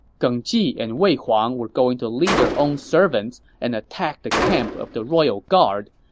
geng ji and wei huang were going to lead their own servants and attack the camp of the royal guard.